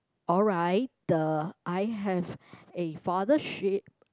alright the I have a father sheep